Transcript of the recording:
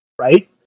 right